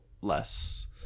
less